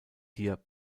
hier